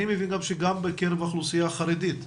אני מבין שגם בקרב האוכלוסייה החרדית,